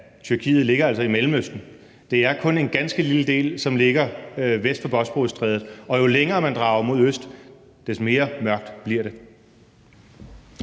Tyrkiet altså ligger i Mellemøsten. Det er kun en ganske lille del, som ligger vest for Bosporusstrædet, og jo længere man drager mod øst, des mere mørkt bliver det.